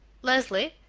leslie,